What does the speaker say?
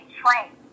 train